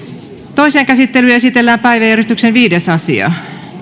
toiseen käsittelyyn esitellään päiväjärjestyksen viides asia